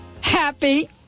happy